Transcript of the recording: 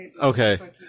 Okay